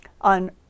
on